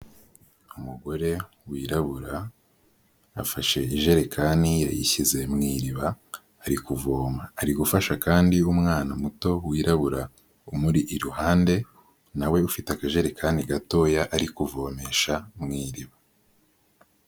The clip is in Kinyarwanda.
Umugore wirabura yafashe ijerekani yayishyize mu iriba ari kuvoma, ari gufasha kandi umwana muto wirabura umuri iruhande na we ufite akajerekani gatoya ari kuvomesha mu iriba.